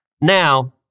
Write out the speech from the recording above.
Now